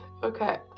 Okay